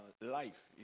life